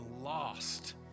lost